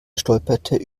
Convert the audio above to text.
stolperte